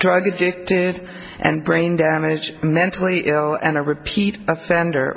drug addicted and brain damaged mentally ill and a repeat offender